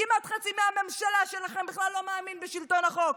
כמעט חצי מהממשלה שלכם בכלל לא מאמין בשלטון החוק.